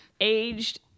aged